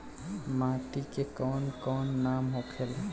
माटी के कौन कौन नाम होखेला?